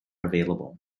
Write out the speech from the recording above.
available